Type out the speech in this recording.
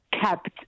kept